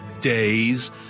days